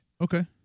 Okay